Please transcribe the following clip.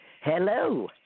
Hello